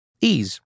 Ease